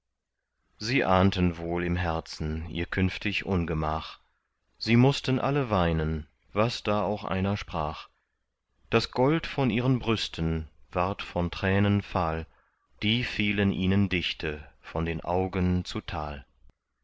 sie ahnten wohl im herzen ihr künftig ungemach sie mußten alle weinen was da auch einer sprach das gold von ihren brüsten ward von tränen fahl die fielen ihnen dichte von den augen zu tal